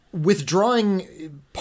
withdrawing